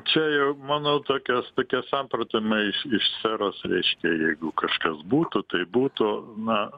čia jau manau tokios tokie samprotavimai iš iš sferos reiškia jeigu kažkas būtų tai būtų na